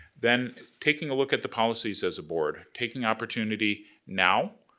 then taking a look at the policies, as a board, taking opportunity now,